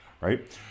right